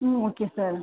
ம் okay sir